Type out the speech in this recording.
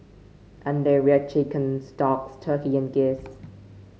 and they reared chickens ducks turkey and geese